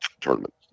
tournament